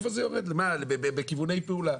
בכיווני פעולה.